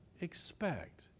expect